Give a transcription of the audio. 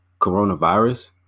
coronavirus